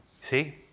See